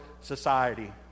society